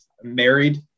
married